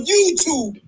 YouTube